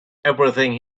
everything